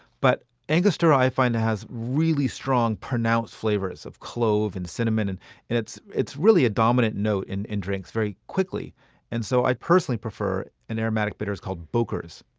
but angostura i find has really strong, pronounced flavors of clove and cinnamon. and and it's it's really a dominant note in in drinks very quickly and so i personally prefer an aromatic bitters called boker's.